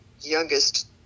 youngest